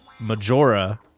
Majora